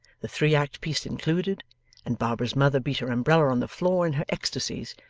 the three-act piece included and barbara's mother beat her umbrella on the floor, in her ecstasies,